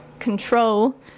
control